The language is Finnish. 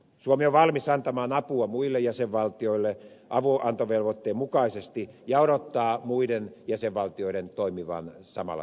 suomi on valmis antamaan apua muille jäsenvaltioille avunantovelvoitteen mukaisesti ja odottaa muiden jäsenvaltioiden toimivan samalla tavalla